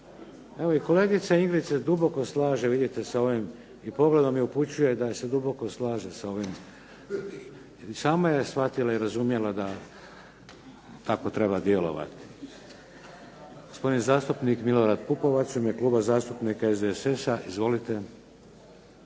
Evo i kolegica Ingrid se duboko slaže vidite sa ovim, i pogledom mi upućuje da se duboko slaže sa ovim. Sama je shvatila i razumjela da tako treba djelovati. Gospodin zastupnik Milorad Pupovac, u ime Kluba zastupnika SDSS-a. Izvolite.